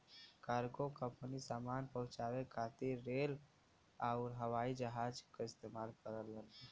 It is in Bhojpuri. कार्गो कंपनी सामान पहुंचाये खातिर रेल आउर हवाई जहाज क इस्तेमाल करलन